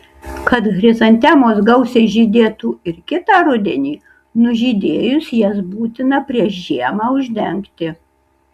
kad chrizantemos gausiai žydėtų ir kitą rudenį nužydėjus jas būtina prieš žiemą uždengti